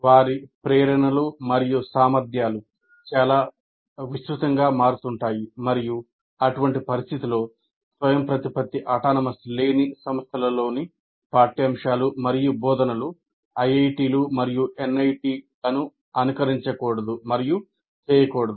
వారి ప్రేరణలు మరియు సామర్థ్యాలు చాలా విస్తృతంగా మారుతుంటాయి మరియు అటువంటి పరిస్థితిలో స్వయంప్రతిపత్తి లేని సంస్థలలోని పాఠ్యాంశాలు మరియు బోధనలు IIT లు మరియు NIT లను అనుకరించకూడదు మరియు చేయకూడదు